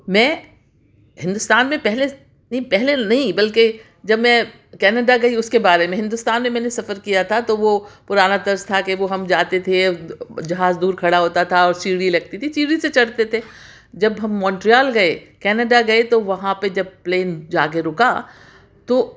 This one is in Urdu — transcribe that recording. میں ہندوستان میں پہلے نہیں پہلے نہیں بلکہ جب میں کنیڈا گئی اس کے بارے میں ہندوستان میں میں نے سفر کیا تھا تو وہ پرانا طرز تھا کہ وہ ہم جاتے تھے جہاز دور کھڑا ہوتا تھا اور سیڑھی لگتی تھی سیڑھی سے چڑھتے تھے جب ہم مونٹریال گئے کنیڈا گئے تو وہاں پہ جب پلین جا کے رکا تو